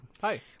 Hi